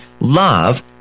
love